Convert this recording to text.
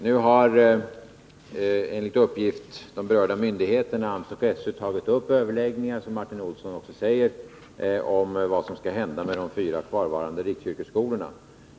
Nu har enligt uppgift de berörda myndigheterna, AMS och SÖ, tagit upp överläggningar — som Martin Olsson också säger — om vad som skall hända med de fyra kvarvarande riksyrkesskolorna.